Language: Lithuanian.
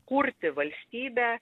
kurti valstybę